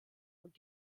und